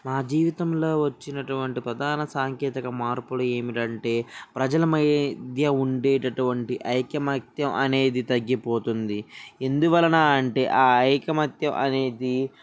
నా జీవితంలో వచ్చినటువంటి ప్రధాన సాంకేతిక మార్పులు ఏమిటంటే ప్రజల మై మధ్య ఉండేటువంటి ఐకమత్యం తగ్గిపోతుంది ఎందువలన అంటే ఆ ఐకమత్యం అనేది